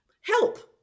help